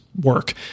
work